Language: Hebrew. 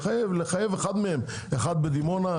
לחייב אחד מהם אחד בדימונה,